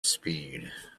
speed